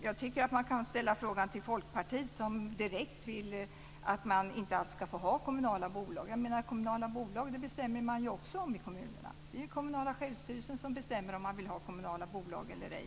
Jag tycker att man kan ställa en fråga till Folkpartiet, som direkt vill att det inte ska finnas kommunala bolag. Kommunerna bestämmer också om kommunala bolag. Det är genom den kommunala självstyrelsen som man bestämmer om man vill ha kommunala bolag eller ej.